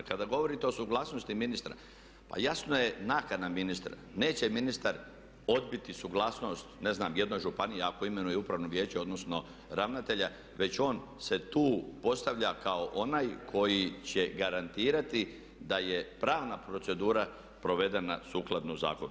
Kada govorite o suglasnosti ministra, pa jasno je nakana ministra, neće ministar odbiti suglasnost ne znam jednoj županiji ako imenuje upravno vijeće odnosno ravnatelja već on se tu postavlja kao onaj koji će garantirati da je pravna procedura provedena sukladno zakonu.